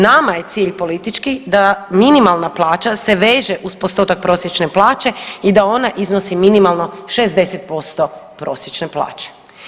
Nama je cilj politički, da minimalna plaća se veže uz postotak prosječne plaće i da ona iznosi minimalno 60% prosječne plaće.